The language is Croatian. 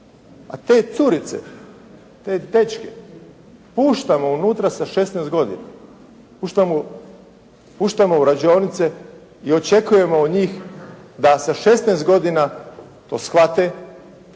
A te curice, te dečke puštamo unutra sa 16 godina. Puštamo u rađaonice i očekujemo od njih da sa 16 godina to shvate.